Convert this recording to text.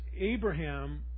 Abraham